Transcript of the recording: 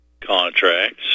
contracts